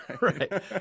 Right